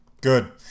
Good